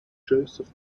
joseph